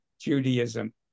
Judaism